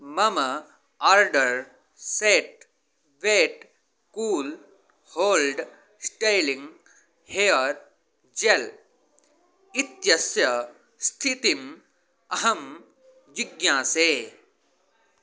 मम order set wet cool hold styling hair gel इत्यस्य स्थितिम् अहं जिज्ञासे